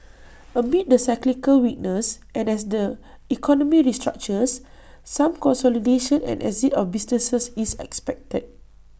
amid the cyclical weakness and as the economy restructures some consolidation and exit of businesses is expected